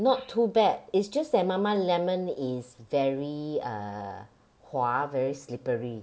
not too bad it's just that Mama Lemon is very err 滑 very slippery